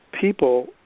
people